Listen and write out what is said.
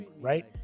right